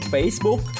Facebook